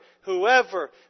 whoever